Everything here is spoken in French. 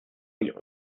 mille